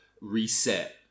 reset